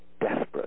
desperate